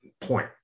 point